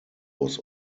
was